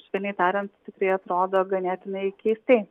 švelniai tariant tikrai atrodo ganėtinai keistai